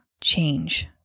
Change